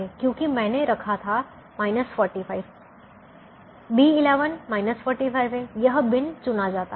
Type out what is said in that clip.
क्योंकि मैंने रखा था 45 B11 45 है यह बिन चुना जाता है